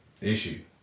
issue